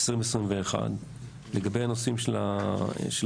2021 לגבי הנושאים של הבריאות,